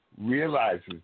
realizes